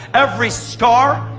every scar,